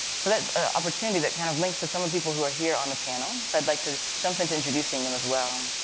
so that's a opportunity that kind of links to some of people who are here on the panel. so i'd like to jump into introducing them as well.